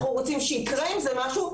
אנחנו רוצים שיקרה עם זה משהו.